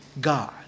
God